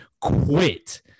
quit